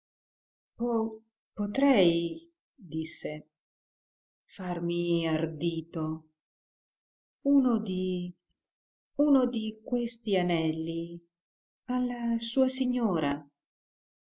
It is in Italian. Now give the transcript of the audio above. potrei disse farmi ardito uno di uno di questi anelli alla sua signora